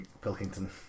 Pilkington